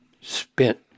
spent